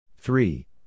Three